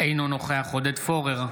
אינו נוכח עודד פורר,